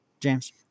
James